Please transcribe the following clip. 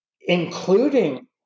including